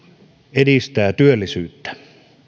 edistää työllisyyttä